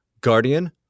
Guardian